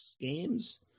games